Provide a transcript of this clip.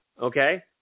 Okay